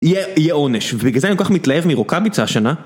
יהיה עונש, ובגלל זה אני כל כך מתלהב מרוקאביצה השנה.